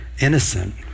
innocent